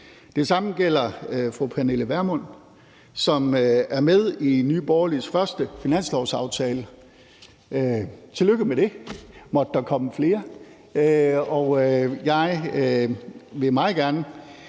Det samme gælder fru Pernille Vermund, som har været med til at forhandle Nye Borgerliges første finanslovsaftale. Tillykke med det, måtte der komme flere. Jeg vil meget gerne